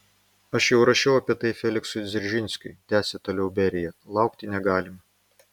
aš jau rašiau apie tai feliksui dzeržinskiui tęsė toliau berija laukti negalima